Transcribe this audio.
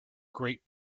great